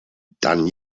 dann